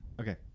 Okay